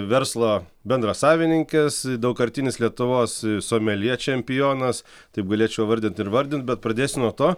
verslo bendrasavininkas daugkartinis lietuvos someljė čempionas taip galėčiau vardint ir vardint bet pradėsiu nuo to